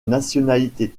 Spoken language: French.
nationalité